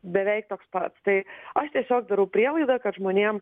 beveik toks pats tai aš tiesiog darau prielaidą kad žmonėm